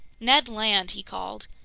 ned land! he called.